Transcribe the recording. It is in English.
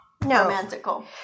romantical